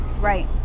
Right